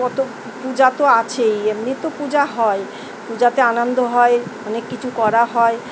কতো পুজো তো আছেই এমনি তো পুজো হয় পুজোতে আনন্দ হয় অনেক কিছু করা হয়